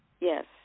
yes